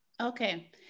Okay